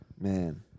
Man